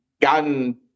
gotten